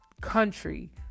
country